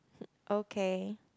okay